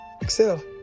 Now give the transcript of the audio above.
excel